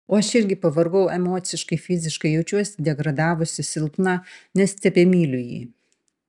o aš irgi pavargau emociškai fiziškai jaučiuosi degradavusi silpna nes tebemyliu jį